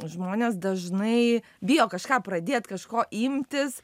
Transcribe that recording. žmonės dažnai bijo kažką pradėt kažko imtis